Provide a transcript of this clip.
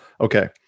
okay